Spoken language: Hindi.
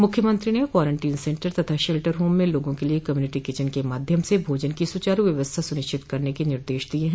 मुख्यमंत्री ने क्वारंटीन सेन्टर तथा शेल्टर होम में लोगों के लिए कम्युनिटी किचन के माध्यम से भोजन की सुचारू व्यवस्था सुनिश्चित करने के निर्देश दिये हैं